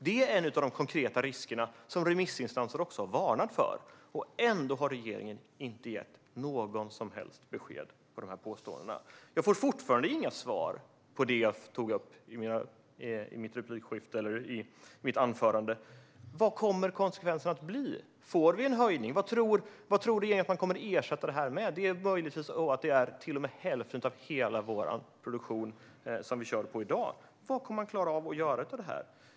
Det är en av de konkreta risker som remissinstanser också har varnat för, och ändå har regeringen inte gett något som helst besked när det gäller dessa påståenden. Jag får fortfarande inga svar på de frågor jag ställde i mitt anförande. Vad kommer konsekvenserna att bli? Får vi en höjning? Vad tror regeringen att man kommer att ersätta detta med? Det utgör möjligtvis till och med hälften av hela den produktion vi kör på i dag. Vad kommer man att klara av att göra av detta?